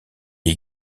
est